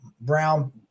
brown